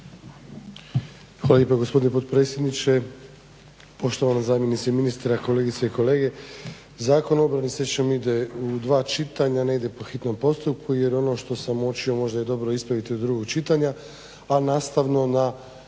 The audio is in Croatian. Hvala lijepa gospodine potpredsjedniče, poštovana zamjenice ministra, kolegice i kolege. Zakon o obrani srećom ide u dva čitanja, ne ide po hitnom postupku jer ono što sam uočio možda je dobro ispraviti do drugog čitanja a nastavno na